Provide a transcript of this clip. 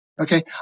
Okay